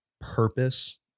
purpose